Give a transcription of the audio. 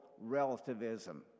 relativism